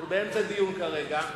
אנחנו באמצע דיון כרגע.